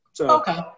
Okay